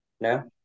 No